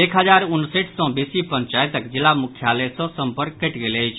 एक हजार उनसठि सँ बेसी पंचायतक जिला मुख्यालय सँ संपर्क कटि गेल अछि